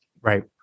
Right